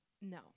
No